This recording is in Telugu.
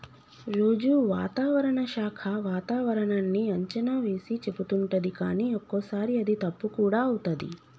రోజు వాతావరణ శాఖ వాతావరణన్నీ అంచనా వేసి చెపుతుంటది కానీ ఒక్కోసారి అది తప్పు కూడా అవుతది